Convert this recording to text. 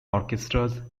orchestras